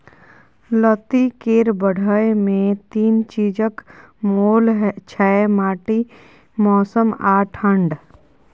लत्ती केर बढ़य मे तीन चीजक मोल छै माटि, मौसम आ ढाठ